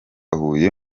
huye